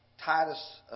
Titus